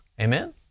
amen